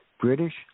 British